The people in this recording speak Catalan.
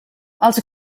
els